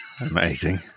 Amazing